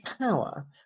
power